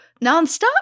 nonstop